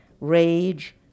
Rage